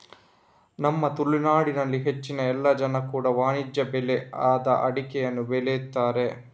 ನಮ್ಮ ತುಳುನಾಡಿನಲ್ಲಿ ಹೆಚ್ಚಿನ ಎಲ್ಲ ಜನ ಕೂಡಾ ವಾಣಿಜ್ಯ ಬೆಳೆ ಆದ ಅಡಿಕೆಯನ್ನ ಬೆಳೀತಾರೆ